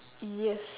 yes